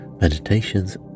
meditations